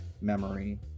memory